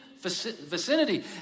vicinity